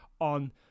on